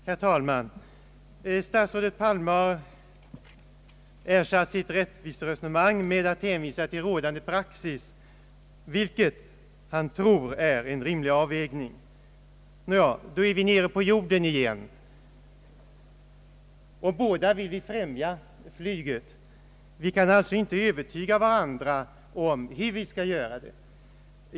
Herr talman! Herr statsrådet Palme har ersatt sitt vackra rättviseresonemang med att hänvisa till rådande praxis, vilken han anser ger en rimlig avvägning. Nåja, då är vi nere på jorden igen. Båda vill vi främja flyget, men vi kan inte övertyga varandra om hur vi skall göra det.